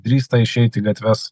drįsta išeit į gatves